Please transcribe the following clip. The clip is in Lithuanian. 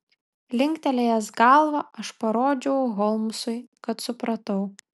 linktelėjęs galvą aš parodžiau holmsui kad supratau